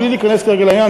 בלי להיכנס כרגע לעניין,